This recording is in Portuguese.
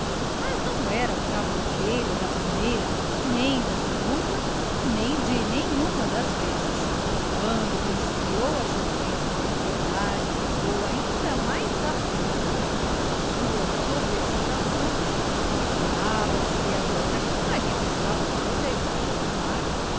mas não era o cavouqueiro da primeira nem da segunda nem de nenhuma das vezes quando principiou a chover piedade ficou ainda mais aflita na sua sobreexcitação afigurava se lhe agora que o marido estava sobre as águas do mar